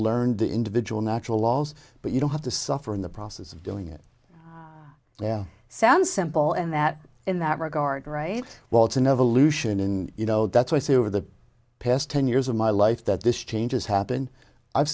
learned the individual natural laws but you don't have to suffer in the process of doing it yeah sounds simple and that in that regard right well it's an evolution in you know that's why i say over the past ten years of my life that this changes happen i've